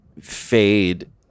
fade